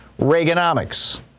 Reaganomics